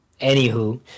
Anywho